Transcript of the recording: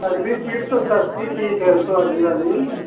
अगली सीट तो सस्ती सीट है वो तो अगली वाली